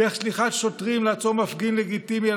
דרך שליחת שוטרים לעצור מפגין לגיטימי על